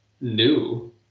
new